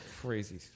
Crazy